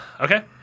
okay